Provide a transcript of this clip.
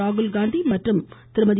ராகுல் காந்தி மற்றும் திருமதி